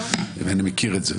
ואני מכיר את זה.